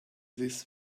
this